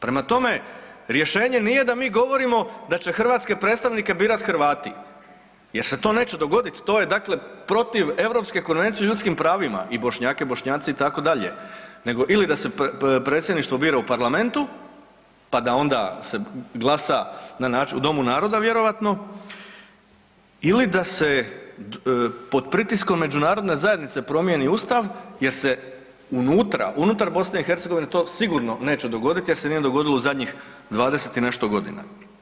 Prema tome, rješenje nije da mi govorimo da će hrvatske predstavnike birat Hrvati jer se to neće dogoditi, to je dakle protiv Europske konvencije o ljudskim pravima i Bošnjake Bošnjaci itd., nego ili da se predsjedništvo bira u parlamentu pa da onda se glasa na način u domu naroda vjerojatno ili da se pod pritiskom međunarodne zajednice promijeni ustav jer se unutra, unutar BiH to sigurno neće dogoditi jer se nije dogodilo u zadnjih 20 i nešto godina.